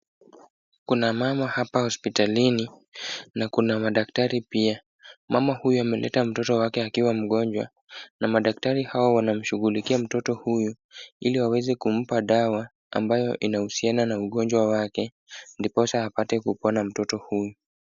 Kuna mama hapa hospitalini na kuna madaktari pia. Mama huyo ameleta mtoto wake akiwa mgonjwa na madaktari hao wanamshughulikia mtoto huyu, ili waweze kumpa dawa ambayo inahusiana na ugonjwa wake. Ndiposa apate kupona mtoto huyu.